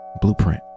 blueprint